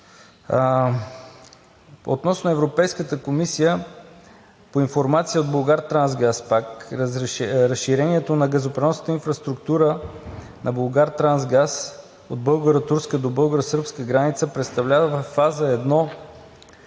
Относно Европейската комисия по информация от „Булгартрансгаз“ – пак разширението на газопреносната инфраструктура на „Булгартрансгаз“ от българо-турска до българо сръбска граница, представлява във Фаза 1